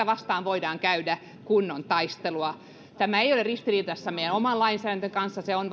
vastaan voidaan käydä kunnon taistelua tämä ei ole ristiriidassa meidän oman lainsäädäntömme kanssa se on